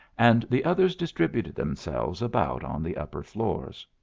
and the others distributed themselves about on the upper floors.